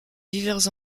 divers